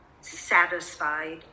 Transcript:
satisfied